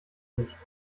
nicht